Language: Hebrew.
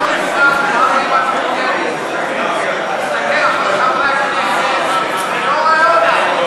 אני חושב שכבוד השר אריה מכלוף דרעי מסתכל על חברי הכנסת ולא רואה אותם.